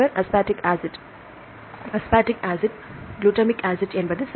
aspartic acid glutamic acid என்பது சரி